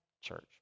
church